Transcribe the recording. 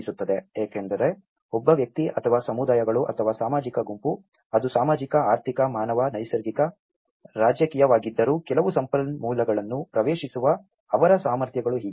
ಏಕೆಂದರೆ ಒಬ್ಬ ವ್ಯಕ್ತಿ ಅಥವಾ ಸಮುದಾಯಗಳು ಅಥವಾ ಸಾಮಾಜಿಕ ಗುಂಪು ಅದು ಸಾಮಾಜಿಕ ಆರ್ಥಿಕ ಮಾನವ ನೈಸರ್ಗಿಕ ರಾಜಕೀಯವಾಗಿದ್ದರೂ ಕೆಲವು ಸಂಪನ್ಮೂಲಗಳನ್ನು ಪ್ರವೇಶಿಸುವ ಅವರ ಸಾಮರ್ಥ್ಯಗಳು ಹೀಗಿದೆ